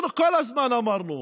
אנחנו כל הזמן אמרנו